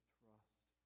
trust